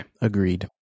Agreed